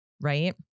Right